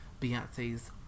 Beyonce's